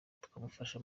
tukamufasha